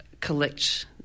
collect